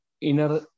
inner